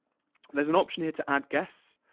there's an option here to add guests,